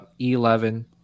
E11